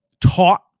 taught